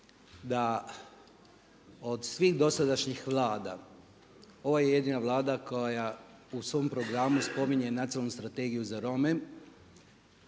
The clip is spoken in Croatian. da od svih dosadašnjih Vlada ovo je jedina Vlada koja u svom programu spominje Nacionalnu strategiju za Rome,